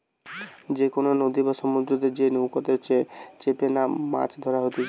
যে কোনো নদী বা সমুদ্রতে যে নৌকাতে চেপেমাছ ধরা হতিছে